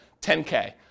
10K